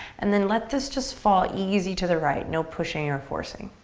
and then let this just fall easy to the right. no pushing or forcing.